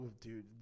dude